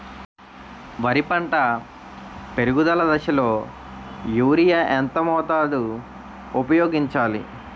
వరి పంట పెరుగుదల దశలో యూరియా ఎంత మోతాదు ఊపయోగించాలి?